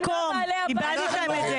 אתם לא בעלי המקום, איבדתם את זה.